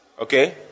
Okay